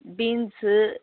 beans